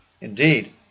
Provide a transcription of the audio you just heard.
Indeed